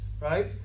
right